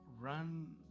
run